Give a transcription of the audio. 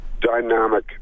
dynamic